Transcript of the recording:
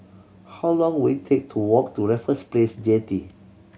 how long will it take to walk to Raffles Place Jetty